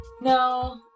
No